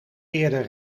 eerder